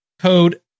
code